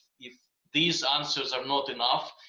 if these answers are not enough,